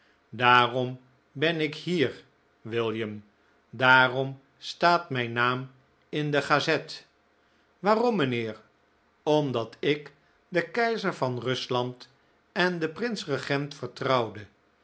daarom ben ik hier william daarom staat mijn naam in de gazette waarom mijnheer omdat ik den keizer van rusland en den prins regent vertrouwde